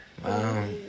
Wow